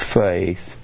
faith